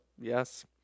Yes